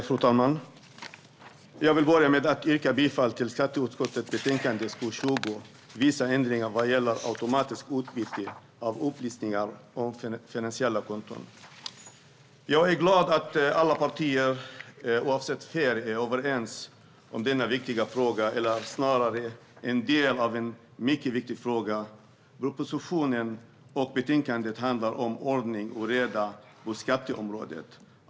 Fru talman! Jag vill börja med att yrka bifall till förslaget i skatteutskottets betänkande SkU20 Vissa ändringar vad gäller automatiskt utbyte av upplysningar om finansiella konton . Jag är glad att alla partier, oavsett färg, är överens i denna viktiga fråga, eller snarare i en del av en mycket viktig fråga. Propositionen och betänkandet handlar om ordning och reda på skatteområdet.